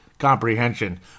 Comprehension